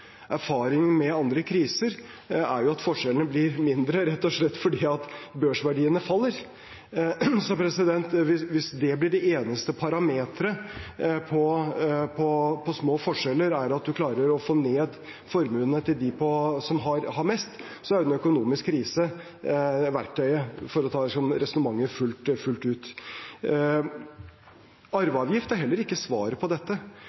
med andre kriser er at forskjellene blir mindre, rett og slett fordi børsverdien faller. Så hvis den eneste parameteren på små forskjeller er at man klarer å få ned formuene til dem som har mest, er jo en økonomisk krise verktøyet – for å ta resonnementet fullt ut. Arveavgift er heller ikke svaret på dette,